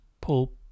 pull